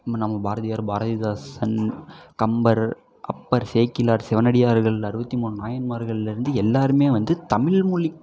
நம்ம பாரதியார் பாரதிதாசன் கம்பர் அப்பர் சேக்கிழார் சிவனடியார்கள் அறுபத்தி மூணு நாயன்மார்கள்லருந்து எல்லாருமே வந்து தமிழ்மொழி